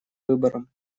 выбором